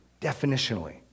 definitionally